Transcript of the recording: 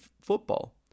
football